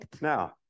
Now